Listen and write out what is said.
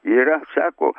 yra sako